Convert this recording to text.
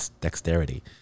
dexterity